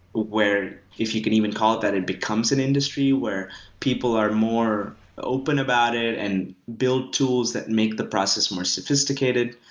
where, if you can even call it that, it becomes an industry where people are more open about it and build tools that make the process more sophisticated.